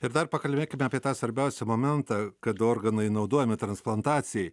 ir dar pakalbėkime apie tą svarbiausią momentą kada organai naudojami transplantacijai